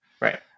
Right